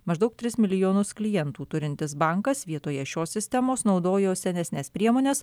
maždaug tris milijonus klientų turintis bankas vietoje šios sistemos naudojo senesnes priemones